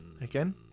Again